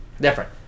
Different